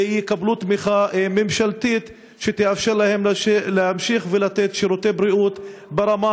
ויקבלו תמיכה ממשלתית שתאפשר להם להמשיך ולתת שירותי בריאות ברמה